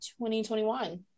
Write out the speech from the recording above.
2021